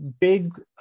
big